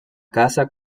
casa